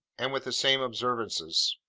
and with the same observances.